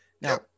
Now